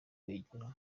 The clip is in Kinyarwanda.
kwegera